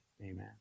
Amen